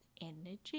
energy